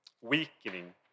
weakening